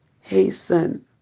Hasten